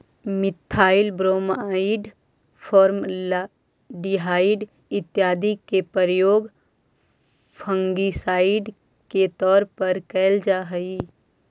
methyl bromide, formaldehyde इत्यादि के उपयोग फंगिसाइड के तौर पर कैल जा हई